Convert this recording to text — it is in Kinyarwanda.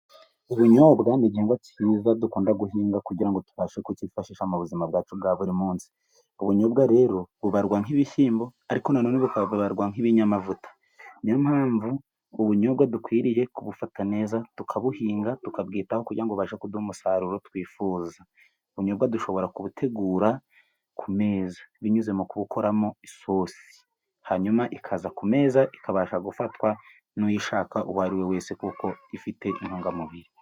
Ubunyobwa ni igihingwa cyiza dukunda guhinga, kugira tubashe kukifashisha mu buzima bwacu bwa buri munsi, ubunyobwa rero bubarwa nk'ibishyimbo ariko nanone bukabarwa nk'ibinyamavuta, ni yo mpamvu ubunyobwa dukwiriye kubufata neza tukabuhinga tukabwitaho, kugira ngo bubashe kuduha umusaruro twifuza. Ubunyubwa dushobora kubutegura ku meza binyuze mu kubukoramo isosi, hanyuma ikaza ku meza ikabasha gufatwa n'uyishaka uwo ari we wese, kuko ifite intungamubiri.